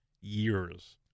years